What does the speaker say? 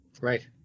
Right